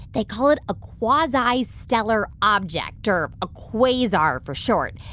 they call it a quasi-stellar object or a quasar for short.